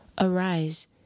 Arise